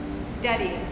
Steady